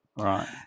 right